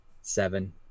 seven